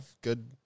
good